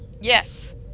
Yes